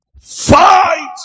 Fight